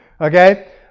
Okay